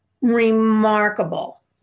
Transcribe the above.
remarkable